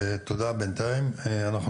תודה לך בינתיים , בלה בן גרשון.